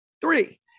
three